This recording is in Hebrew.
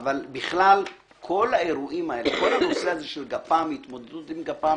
אבל כל הנושא הזה של התמודדות עם אירועי גפ"מ